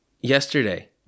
yesterday